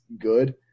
good